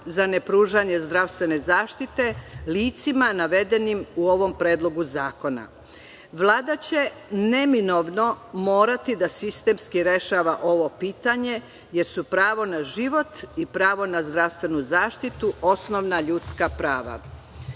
za nepružanje zdravstvene zaštite licima navedenim u ovom predlogu zakona. Vlada će neminovno morati da sistemski rešava ovo pitanje, jer su pravo na život i pravo na zdravstvenu zaštitu osnovna ljudska